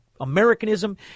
Americanism